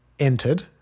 entered